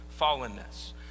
fallenness